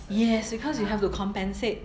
yes because you have to compensate